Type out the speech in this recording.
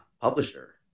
publisher